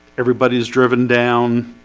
everybody's driven down